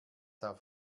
auf